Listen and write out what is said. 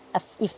uh if